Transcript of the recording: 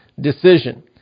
decision